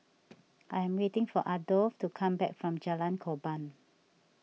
I'm waiting for Adolf to come back from Jalan Korban